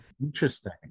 interesting